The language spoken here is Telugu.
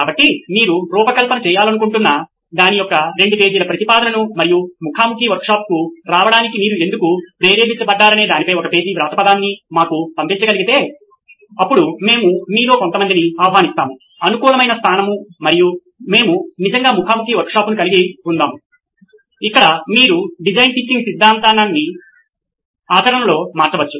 కాబట్టి మీరు రూపకల్పన చేయాలనుకుంటున్న దాని యొక్క 2 పేజీల ప్రతిపాదనను మరియు ముఖాముఖి వర్క్షాప్కు రావటానికి మీరు ఎందుకు ప్రేరేపించబడ్డారనే దానిపై ఒక పేజీ వ్రాతపదాన్ని మాకు పంపగలిగితే అప్పుడు మేము మీలో కొంతమందిని ఆహ్వానిస్తాము అనుకూలమైన స్థానం మరియు మేము నిజంగా ముఖాముఖి వర్క్షాప్ను కలిగి ఉంటాము ఇక్కడ మీరు డిజైన్ థింకింగ్ సిద్ధాంతాన్ని ఆచరణలో మార్చవచ్చు